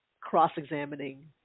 cross-examining